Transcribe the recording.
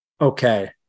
okay